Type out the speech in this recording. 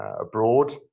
abroad